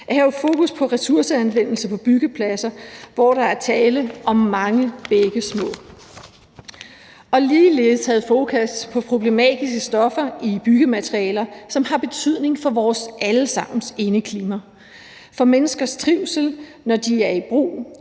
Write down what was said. at have fokus på ressourceanvendelse på byggepladser, hvor der er tale om mange bække små, og ligeledes at have fokus på problematiske stoffer i byggematerialer, som har betydning for vores alle sammens indeklima, for menneskers trivsel, når de er i brug,